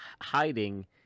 hiding